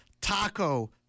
Taco